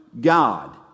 God